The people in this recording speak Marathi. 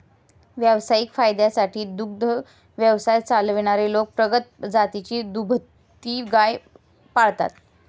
व्यावसायिक फायद्यासाठी दुग्ध व्यवसाय चालवणारे लोक प्रगत जातीची दुभती गाय पाळतात